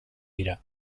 dira